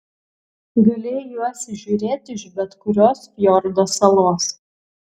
galėjai juos įžiūrėti iš bet kurios fjordo salos